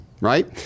right